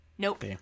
Nope